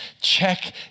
check